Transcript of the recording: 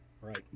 Right